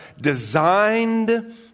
designed